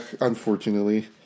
unfortunately